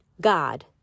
God